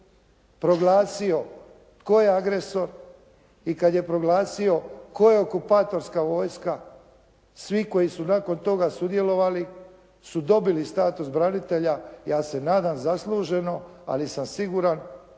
proglasio tko je okupatorska vojska, svi koji su nakon toga sudjelovali su dobili status branitelja, ja se nadam zasluženo, ali sam siguran